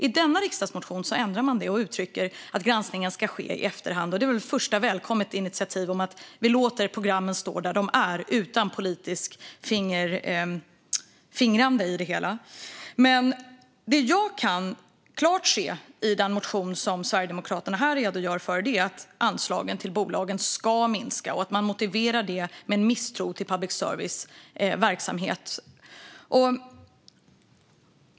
I denna riksdagsmotion ändrar de detta och uttrycker att granskningen ska ske i efterhand. Det är ett välkommet initiativ. Vi låter programmen stå där de är utan att fingra politiskt på det hela. Det jag klart kan se i den motion som Sverigedemokraterna här redogör för är att anslagen till bolagen ska minska. Man motiverar det med att det finns en misstro till public services verksamhet.